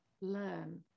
learn